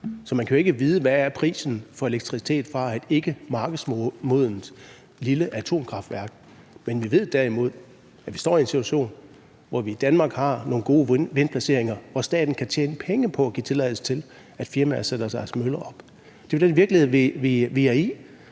Så man kan jo ikke vide, hvad prisen for elektricitet fra et ikkemarkedsmodent lille atomkraftværk er. Men vi ved derimod, at vi står i en situation, hvor vi i Danmark har nogle gode placeringer for vindmøller, og hvor staten kan tjene penge på at give tilladelse til, at firmaer sætter deres møller op. Det er jo den virkelighed, vi er i.